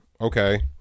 okay